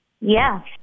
Yes